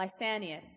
Lysanias